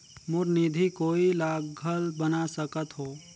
मोर निधि कोई ला घल बना सकत हो?